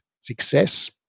success